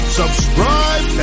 subscribe